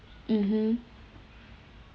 mmhmm